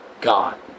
god